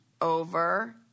over